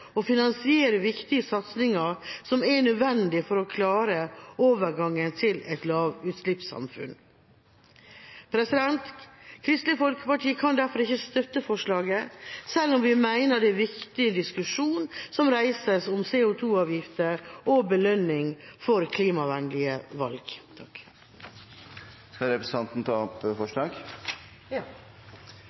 finansiere viktige satsinger som er nødvendig for å klare overgangen til et lavutslippssamfunn. Kristelig Folkeparti kan derfor ikke støtte forslaget, selv om vi mener det er en viktig diskusjon som reises om CO 2 -avgifter og belønning for klimavennlige valg.